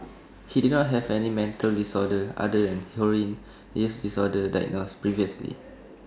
he did not have any mental disorder other than heroin use disorder diagnosed previously